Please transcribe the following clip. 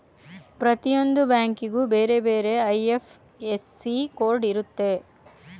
ಪ್ರತಿಯೊಂದು ಬ್ಯಾಂಕಿಗೂ ಬೇರೆ ಬೇರೆ ಐ.ಎಫ್.ಎಸ್.ಸಿ ಕೋಡ್ ಇರುತ್ತೆ